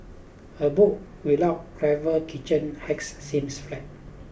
a book without clever kitchen hacks seems flat